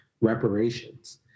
reparations